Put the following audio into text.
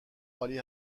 عالی